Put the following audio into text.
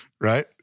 right